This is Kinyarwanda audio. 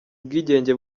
ubwigenge